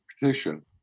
petition